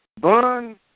Bun